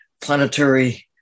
planetary